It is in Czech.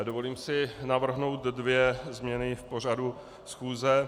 Dovolím si navrhnout dvě změny v pořadu schůze.